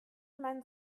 meinen